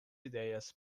idéias